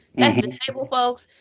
that's disabled folks.